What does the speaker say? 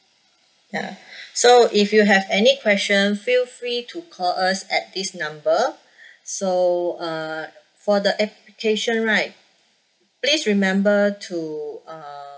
ya so if you have any questions feel free to call us at this number so uh for the application right please remember to uh